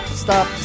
stop